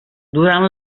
durant